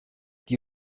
die